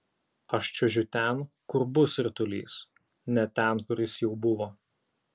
aš čiuožiu ten kur bus ritulys ne ten kur jis jau buvo